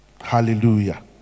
hallelujah